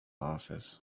office